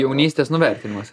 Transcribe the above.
jaunystės nuvertinimas